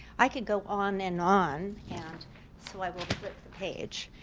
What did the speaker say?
i could go on and on and so i will flip the page.